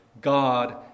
God